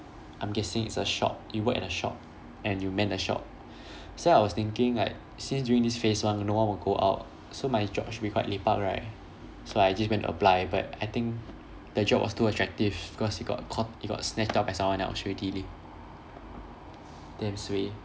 I'm guessing it's a shop you work in a shop and you mend the shop so I was thinking like since during this phase one no one would go out so my job should be quite lepak right so I just went apply but I think the job was too attractive cause it got caught it got snatched up by someone else already leh damn suay